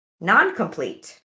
non-complete